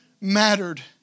mattered